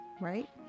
right